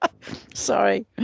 Sorry